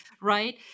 right